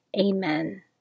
Amen